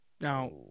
Now